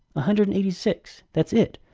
ah hundred and eighty six. that's it.